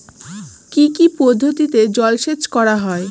কি কি পদ্ধতিতে জলসেচ করা হয়?